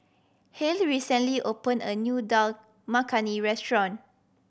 Hale recently opened a new Dal Makhani Restaurant